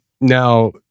Now